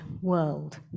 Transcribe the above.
world